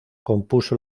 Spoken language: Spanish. compuso